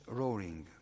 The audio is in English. roaring